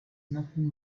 nothing